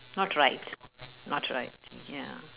not right not right ya